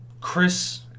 Chris